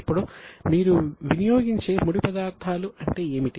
ఇప్పుడు మీరు వినియోగించే ముడి పదార్థాలు అంటే ఏమిటి